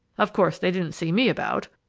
of course, they didn't see me about!